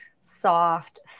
soft